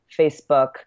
Facebook